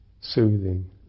soothing